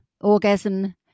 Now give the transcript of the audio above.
orgasm